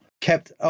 kept